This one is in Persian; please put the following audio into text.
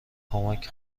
کمک